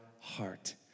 heart